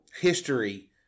history